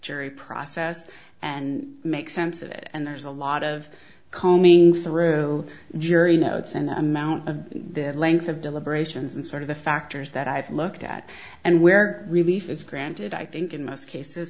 jury process and make sense of it and there's a lot of combing through jury notes and the amount of the length of deliberations and sort of the factors that i've looked at and where relief is granted i think in most cases